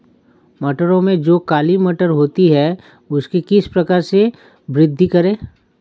मटरों में जो काली मटर होती है उसकी किस प्रकार से वृद्धि करें?